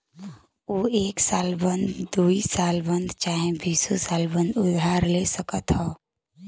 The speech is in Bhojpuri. ऊ एक साल बदे, दुइ साल बदे चाहे बीसो साल बदे उधार ले सकत हौ